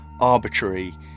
arbitrary